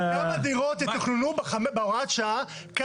מגורים, שיקול הדעת שלה מעט יותר מצומצם.